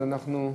אז אנחנו,